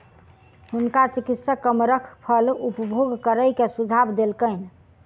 हुनका चिकित्सक कमरख फल उपभोग करै के सुझाव देलकैन